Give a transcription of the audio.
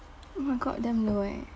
oh my god damn low eh